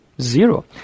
zero